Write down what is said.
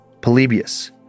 Polybius